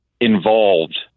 involved